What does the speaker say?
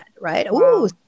Right